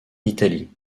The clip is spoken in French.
italie